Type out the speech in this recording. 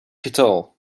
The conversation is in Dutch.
getal